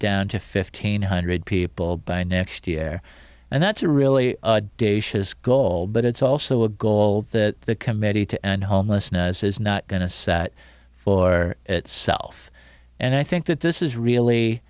down to fifteen hundred people by next year and that's a really de sia's goal but it's also a goal that the committee to end homelessness is not going to set for itself and i think that this is really